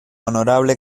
honorable